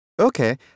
Okay